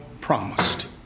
promised